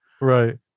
Right